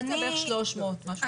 אז יוצא בערך 300, משהו כזה.